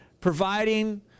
providing